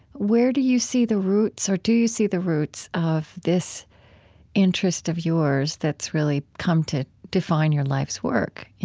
where do you see the roots or do you see the roots of this interest of yours that's really come to define your life's work?